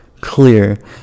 clear